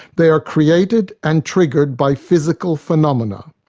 they are created and triggered by physical phenomena.